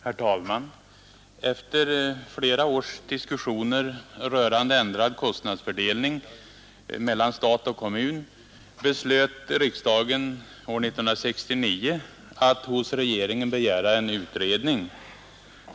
Herr talman! Efter flera års diskussioner rörande ändrad kostnadsfördelning mellan stat och kommun beslöt riksdagen år 1969 att hos regeringen begära en utredning.